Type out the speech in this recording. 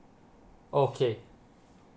okay